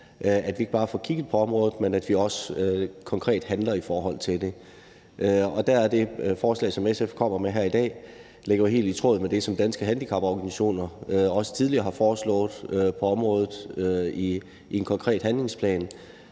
at vi ikke bare får kigget på området, men at vi også konkret handler i forhold til det. Det forslag, som SF kommer med her i dag, falder helt i tråd med det, som Danske Handicaporganisationer også tidligere i en konkret handlingsplan